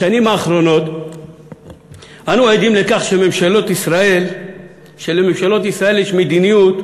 בשנים האחרונות אנו עדים לכך שלממשלות ישראל יש מדיניות,